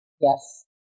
yes